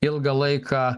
ilgą laiką